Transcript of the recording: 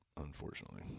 unfortunately